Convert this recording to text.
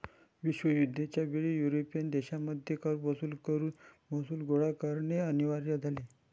विश्वयुद्ध च्या वेळी युरोपियन देशांमध्ये कर वसूल करून महसूल गोळा करणे अनिवार्य झाले